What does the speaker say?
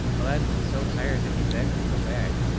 aladdin was so tired that he begged to go back,